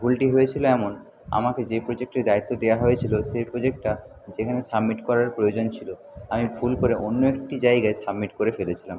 ভুলটি হয়েছিলো এমন আমাকে যে প্রজেক্টটির দায়িত্ব দেওয়া হয়েছিলো সেই প্রজেক্টটা যেখানে সাবমিট করার প্রয়োজন ছিল আমি ভুল করে অন্য একটি জায়গায় সাবমিট করে ফেলেছিলাম